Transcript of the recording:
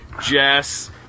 Jess